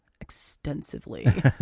extensively